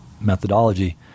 methodology